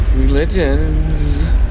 religions